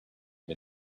had